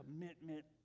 commitment